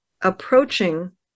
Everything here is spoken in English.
approaching